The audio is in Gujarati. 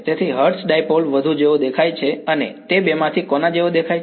તેથી હર્ટ્ઝ ડાઈપોલ વધુ જેવો દેખાય છે અને તે બેમાંથી કોના જેવો દેખાય છે